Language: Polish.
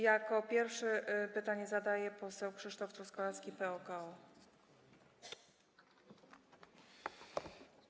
Jako pierwszy pytanie zadaje poseł Krzysztof Truskolaski, PO-KO.